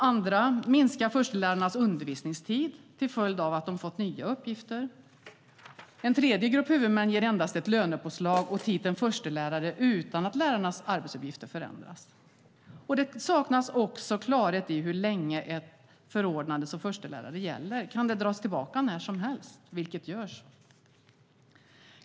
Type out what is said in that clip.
Andra minskar förstelärarnas undervisningstid till följd av att de har fått nya uppgifter. En tredje grupp huvudmän ger endast ett lönepåslag och titeln förstelärare utan att lärarens arbetsuppgifter förändras. Det saknas också klarhet i hur länge ett förordnande som förstelärare gäller. Kan det dras tillbaka när som helst, vilket görs?